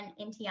NTI